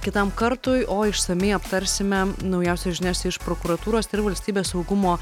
kitam kartui o išsamiai aptarsime naujausias žinias iš prokuratūros ir valstybės saugumo